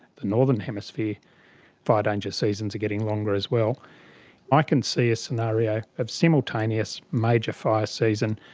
the northern hemisphere fire dangerous seasons are getting longer as well i can see a scenario of simultaneous major fire season.